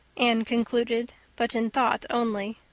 anne concluded, but in thought only.